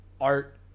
art